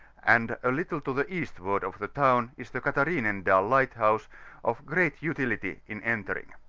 and a little to the eastward of the town is the cathaiinendal liffhthouse, of great utility in entering.